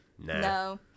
no